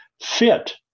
fit